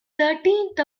thirteenth